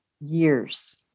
years